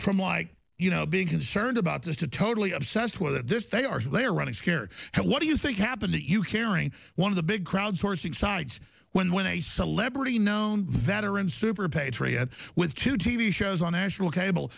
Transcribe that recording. from like you know being concerned about this to totally obsessed with this they are so they're running scared what do you think happened to you hearing one of the big crowd sourcing sites when when a celebrity known veteran super patriot was to t v shows on national cable